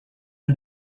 and